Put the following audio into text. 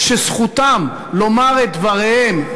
שזכותם לומר את דבריהם,